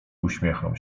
uśmiechnął